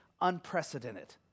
unprecedented